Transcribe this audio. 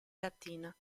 latina